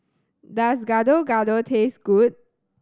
does Gado Gado taste good